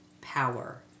power